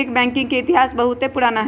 नैतिक बैंकिंग के इतिहास बहुते पुरान हइ